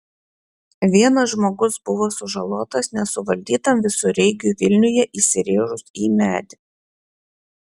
vienas žmogus buvo sužalotas nesuvaldytam visureigiui vilniuje įsirėžus į medį